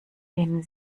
den